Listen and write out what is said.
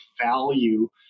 value